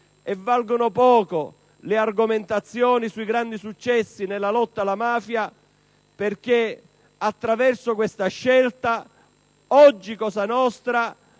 Valgono poco le argomentazioni sui grandi successi nella lotta alla mafia, perché con questa scelta oggi Cosa nostra